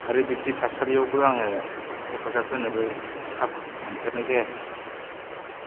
आरो बिब्दि थासारिआवबो आङो हेफाजाब होनोबो खाबु मोनफेरनाय जायाखै